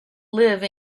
live